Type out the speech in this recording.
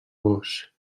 gos